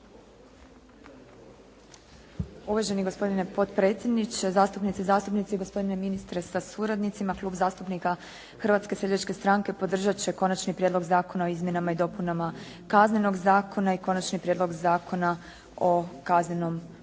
Uvaženi gospodine potpredsjedniče, zastupnice i zastupnici, gospodine ministre sa suradnicima. Klub zastupnika Hrvatske seljačke stranke podržati će Konačni prijedlog zakona o izmjenama i dopunama Kaznenog zakona i Konačni prijedlog zakona o kaznenom postupku.